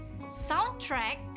soundtrack